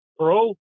Perot